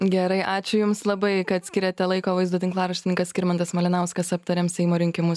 gerai ačiū jums labai kad skiriate laiko vaizdo tinklaraštininkas skirmantas malinauskas aptarėm seimo rinkimus